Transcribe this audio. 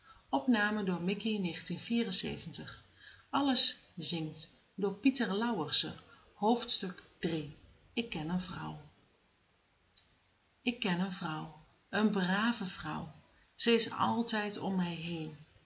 ik ken een vrouw ik ken een vrouw een brave vrouw ze is altijd om mij heen